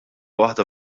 waħda